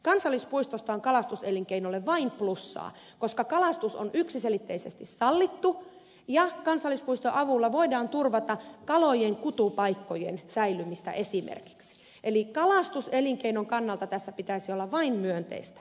kansallispuistosta on kalastus elinkeinolle vain plussaa koska kalastus on yksiselitteisesti sallittu ja kansallispuiston avulla voidaan turvata kalojen kutupaikkojen säilymistä esimerkiksi eli kalastuselinkeinon kannalta tässä pitäisi olla vain myönteistä